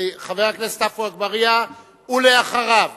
חבר הכנסת עפו אגבאריה, אחריו